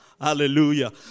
Hallelujah